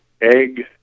Egg